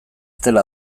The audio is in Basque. dela